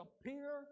appear